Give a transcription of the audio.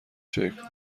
شکل